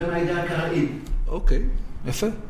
((משהו ממומלמל בהתחלה)) אוקיי, יפה.